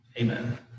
Amen